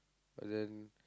but then